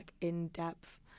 in-depth